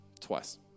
twice